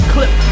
Clip